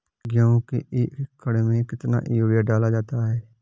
गेहूँ के एक एकड़ में कितना यूरिया डाला जाता है?